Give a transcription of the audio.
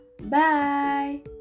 Bye